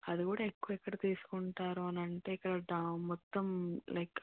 అది కూడా ఎక్కువ ఎక్కడ తీసుకుంటారు అని అంటే ఇక్కడ టౌన్ మొత్తం లైక్